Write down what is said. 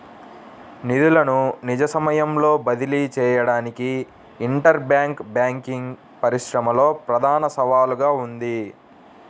నిధులను నిజ సమయంలో బదిలీ చేయడానికి ఇంటర్ బ్యాంక్ బ్యాంకింగ్ పరిశ్రమలో ప్రధాన సవాలుగా ఉంది